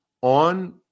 on